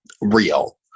real